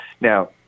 now